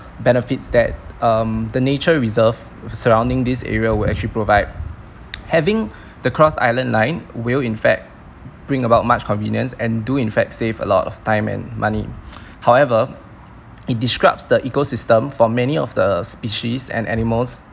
benefits that um the nature reserve surrounding this area will actually provide having the cross island line will in fact bring about much convenience and do in fact save a lot of time and money however it disrupts the eco system for many of the species and animals